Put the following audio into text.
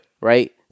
Right